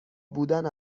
بودن